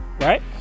right